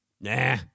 Nah